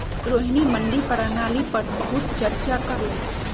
रोहिणी मंडी प्रणाली पर बहुत चर्चा कर लई